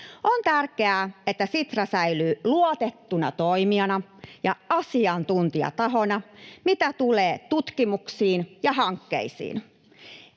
On tärkeää, että Sitra säilyy luotettuna toimijana ja asiantuntijatahona, mitä tulee tutkimuksiin ja hankkeisiin.